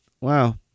Wow